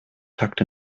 tucked